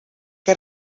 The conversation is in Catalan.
que